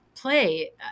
play